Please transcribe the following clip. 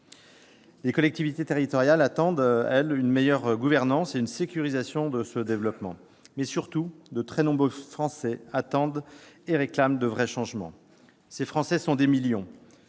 Les collectivités territoriales attendent, elles, une meilleure gouvernance et une sécurisation de ce développement. Surtout, de très nombreux Français réclament de vrais changements. Ils sont des millions